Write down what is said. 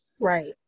Right